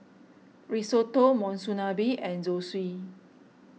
Risotto Monsunabe and Zosui